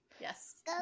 Yes